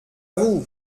vous